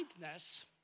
kindness